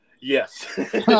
yes